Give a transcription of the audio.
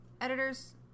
editors